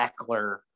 Eckler